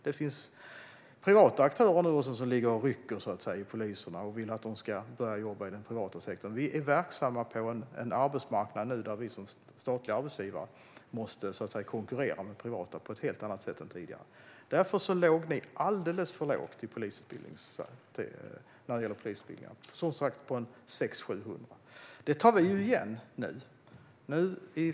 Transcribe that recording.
Det finns privata aktörer som rycker i poliserna och vill att de ska börja jobba i den privata sektorn. Vi är verksamma på en arbetsmarknad där vi som statlig arbetsgivare måste konkurrera med privata arbetsgivare på ett helt annat sätt än tidigare. Därför låg ni alldeles för lågt när det gäller polisutbildningarna - som sagt omkring 600-700 personer per år. Det tar vi igen nu.